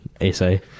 essay